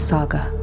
Saga